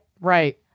Right